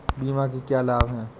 बीमा के क्या लाभ हैं?